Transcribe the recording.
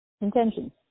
Intentions